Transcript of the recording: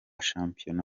shampiyona